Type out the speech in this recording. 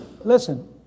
Listen